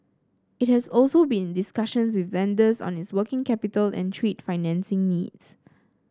it has also been in discussions with lenders on its working capital and trade financing needs